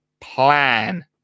plan